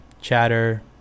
chatter